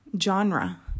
genre